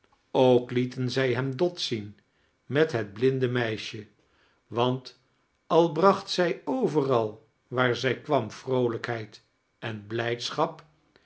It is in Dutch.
ook lieten zij hem dot zien met het blind meisje want al braoht-zij overal waar zij kwam vroolijkheid en blijdschap